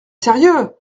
sérieux